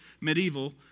medieval